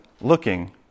looking